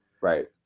right